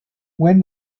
when